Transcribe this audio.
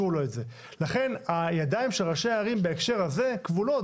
לכן הידיים של ראשי הערים בהקשר הזה כבולות.